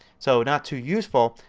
so not too useful.